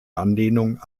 anlehnung